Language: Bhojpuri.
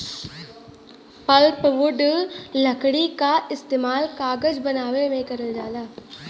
पल्पवुड लकड़ी क इस्तेमाल कागज बनावे में करल जाला